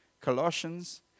Colossians